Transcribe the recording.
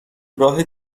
راه